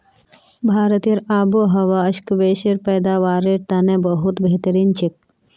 भारतेर आबोहवा स्क्वैशेर पैदावारेर तने बहुत बेहतरीन छेक